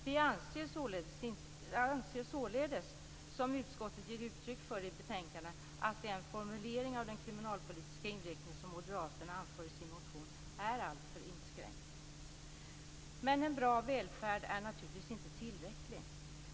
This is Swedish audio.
Vi anser således, som utskottet ger uttryck för i betänkandet, att den formulering av den kriminalpolitiska inriktning som moderaterna anför i sin motion är alltför inskränkt. Men en bra välfärd är naturligtvis inte tillräcklig.